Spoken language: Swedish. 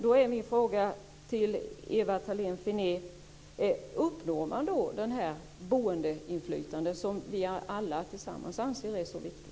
Då är min fråga: Uppnår man då det boendeinflytande som vi alla anser är så viktigt?